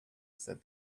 said